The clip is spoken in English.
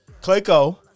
Clayco